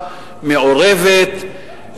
מעורבת,